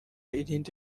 irindi